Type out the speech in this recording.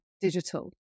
digital